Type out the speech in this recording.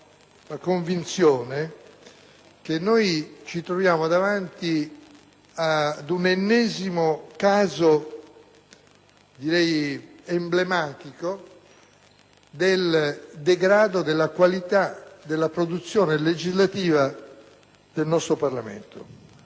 la convinzione che ci troviamo davanti ad un ennesimo caso emblematico del degrado della qualità della produzione legislativa del nostro Parlamento.